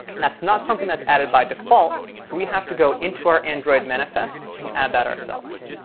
that's not something that's added by default. so we have to go into our android manifest and add that ourselves.